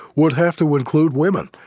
would have to include women.